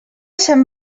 sant